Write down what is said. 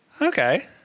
Okay